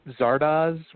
Zardoz